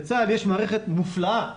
לצה"ל יש מערכת מופלאה,